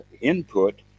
input